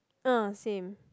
uh same